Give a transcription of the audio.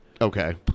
Okay